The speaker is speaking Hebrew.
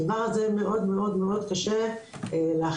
הדבר הזה מאוד קשה לאכיפה,